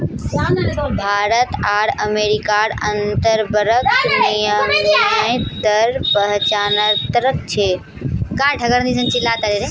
भारत आर अमेरिकार अंतर्बंक विनिमय दर पचाह्त्तर छे